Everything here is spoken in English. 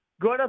good